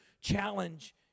challenge